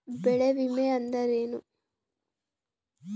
ಬೆಳೆ ವಿಮೆ ಅಂದರೇನು?